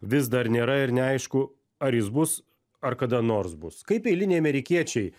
vis dar nėra ir neaišku ar jis bus ar kada nors bus kaip eiliniai amerikiečiai